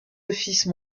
office